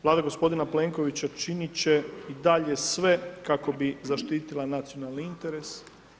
Vlada gospodina Plenkovića činiti će i dalje sve kako bi zaštitila nacionalne interese.